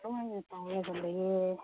ꯑꯗꯨꯝ ꯇꯧꯔꯒ ꯂꯩꯌꯦ